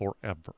forever